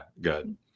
good